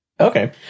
okay